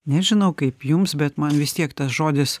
nežinau kaip jums bet man vis tiek tas žodis